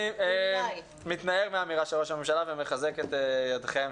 אני מתנער מהאמירה של ראש הממשלה ומחזק את ידיכם.